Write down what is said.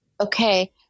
okay